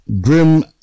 Grim